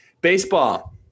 Baseball